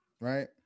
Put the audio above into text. right